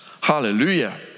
Hallelujah